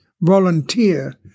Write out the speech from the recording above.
volunteer